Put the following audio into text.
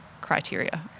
criteria